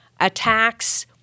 Attacks